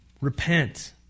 Repent